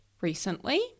recently